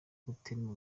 gutema